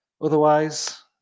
otherwise